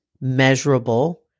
measurable